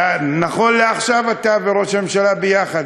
ונכון לעכשיו אתה וראש הממשלה ביחד.